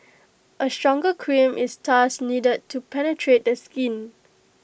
A stronger cream is thus needed to penetrate the skin